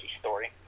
story